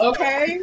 Okay